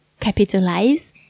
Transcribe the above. capitalize